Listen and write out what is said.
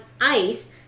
ice